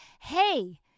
hey